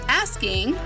asking